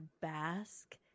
bask